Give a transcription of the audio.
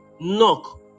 knock